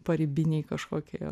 paribiniai kažkokie